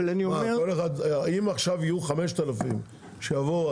אם עכשיו יהיו 5,000 שיבואו,